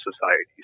societies